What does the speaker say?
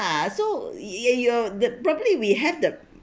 ah so ya you're the probably we have the